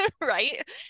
right